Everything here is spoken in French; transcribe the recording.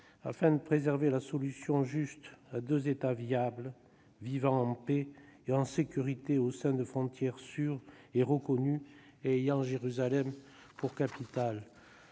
afin de préserver la solution juste à deux États viables, vivant en paix et en sécurité, au sein de frontières sûres et reconnues et ayant Jérusalem pour capitale.